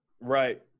Right